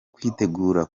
kwitegura